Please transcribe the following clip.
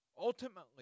ultimately